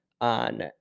on